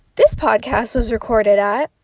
this podcast was recorded at.